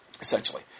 essentially